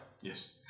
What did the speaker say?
Yes